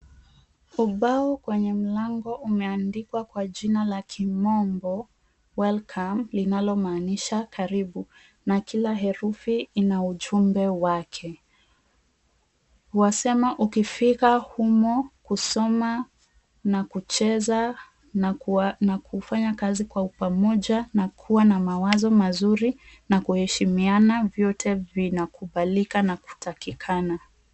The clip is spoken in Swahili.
Ubao kwenye mlango umeandikwa kwa jina la kimombo Welcome linalomaanisha karibu na kila herufi ina ujumbe wake. Wasema ukifika humo kusoma na kucheza na kufanya kazi kwa upamoja na kuwa na mawazo mazuri na kuheshimiana vyote vinakubalika na kutakikana.